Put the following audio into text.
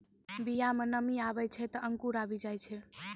बीया म जब नमी आवै छै, त अंकुर आवि जाय छै